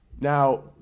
Now